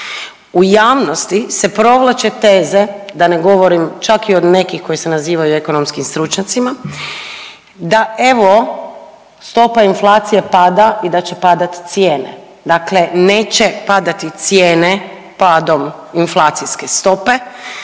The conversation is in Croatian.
u javnosti se provlače teze da ne govorim čak i o nekim koji se nazivaju ekonomskim stručnjacima, da evo stopa inflacije pada i da će padat cijene. Dakle, neće padati cijene padom inflacijske stope